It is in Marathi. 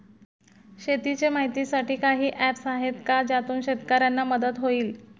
शेतीचे माहितीसाठी काही ऍप्स आहेत का ज्यातून शेतकऱ्यांना मदत होईल?